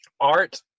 art